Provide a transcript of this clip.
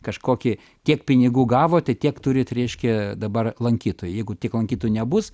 kažkokį kiek pinigų gavote tiek turit reiškia dabar lankytojų jeigu tiek lankytų nebus